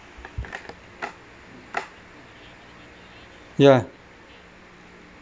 yeah